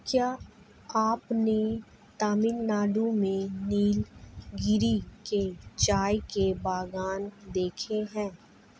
क्या आपने तमिलनाडु में नीलगिरी के चाय के बागान देखे हैं?